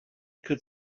could